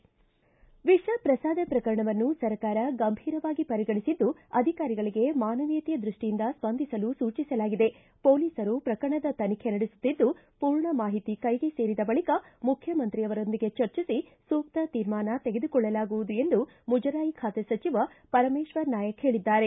ವಿಷ ಪ್ರಸಾದ ಪ್ರಕರಣವನ್ನು ಸರ್ಕಾರ ಗಂಭೀರವಾಗಿ ಪರಿಗಣಿಸಿದ್ದು ಅಧಿಕಾರಿಗಳಿಗೆ ಮಾನವೀಯತೆ ದೃಷ್ಟಿಯಿಂದ ಸ್ವಂದಿಸಲು ಸೂಚಿಸಲಾಗಿದೆ ಪೊಲೀಸರು ಪ್ರಕರಣದ ತನಿಖೆ ನಡೆಸುತ್ತಿದ್ದು ಪೂರ್ಣ ಮಾಹಿತಿ ಕೈಗೆ ಸೇರಿದ ಬಳಿಕ ಮುಖ್ಯಮಂತ್ರಿಯವರೊಂದಿಗೆ ಚರ್ಚಿಸಿ ಸೂಕ್ತ ತೀರ್ಮಾನ ತೆಗೆದುಕೊಳ್ಳಲಾಗುವುದು ಎಂದು ಮುಜರಾಯಿ ಖಾತೆ ಸಚಿವ ಪರಮೇಶ್ವರ ನಾಯಕ ಹೇಳಿದ್ದಾರೆ